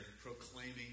proclaiming